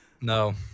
No